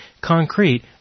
concrete